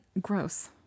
gross